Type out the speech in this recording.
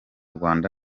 rwanda